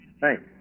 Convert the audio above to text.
Thanks